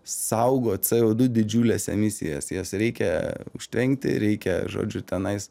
saugo c o du didžiules emisijas jas reikia užtvenkti reikia žodžiu tenais